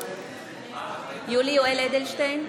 יולי יואל אדלשטיין,